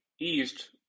East